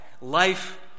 Life